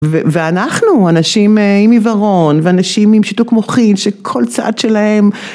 ואנחנו אנשים עם עיוורון ואנשים עם שיתוק מוחין שכל צעד שלהם